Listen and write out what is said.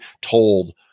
told